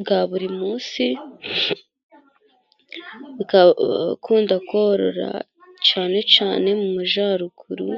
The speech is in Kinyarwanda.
bwa buri munsi, abakunda korora cyane cyane mu majyaruguru.